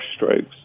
brushstrokes